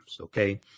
Okay